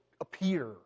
appear